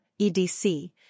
EDC